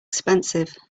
expensive